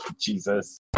Jesus